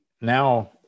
now